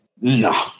no